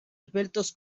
esbeltos